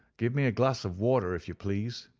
give me a glass of water, if you please.